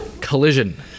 collision